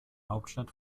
hauptstadt